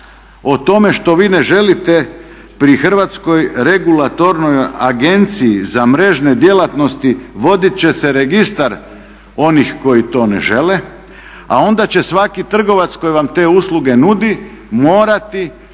O tome što vi ne želite pri Hrvatskoj regulatornoj agenciji za mrežne djelatnosti vodit će se registar onih koji to ne žele, a onda će svaki trgovac koji vam te usluge nudi morati se uputiti